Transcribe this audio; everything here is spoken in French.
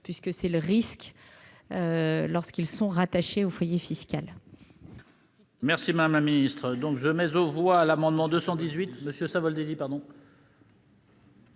C'est en effet un risque lorsqu'ils sont rattachés au foyer fiscal.